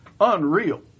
unreal